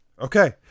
Okay